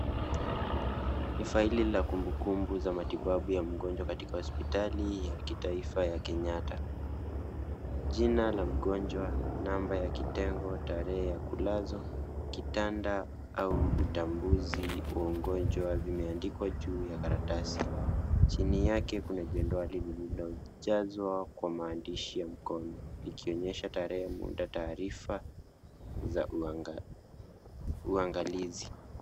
Ni faili la kumbukumbu za matibabu ya mgonjwa katika hospitali ya kitaifa ya Kenyatta. Jina la mgonjwa, namba ya kitengo, tarehe ya kulazwa, kitanda au utambuzi wa mgonjwa vimeandikwa juu ya karatasi. Chini yake kuna jedwali liliojazwa kwa maandishi ya mkono ikionyesha tarehe moja, taarifa za uangalizi.